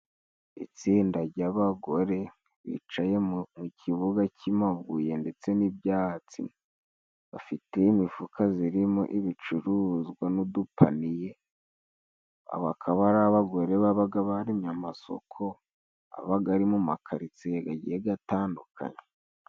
Itsinda ry'abagore bicaye mu kibuga ki amabuye ndetse n'ibyatsi bafite imifuka zirimo ibicuruzwa n'udupaniye abakaba ari abagore babaga bari mu masoko abaga ari mu ma karitsiye gagiye gatandukanye.